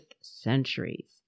centuries